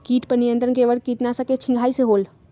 किट पर नियंत्रण केवल किटनाशक के छिंगहाई से होल?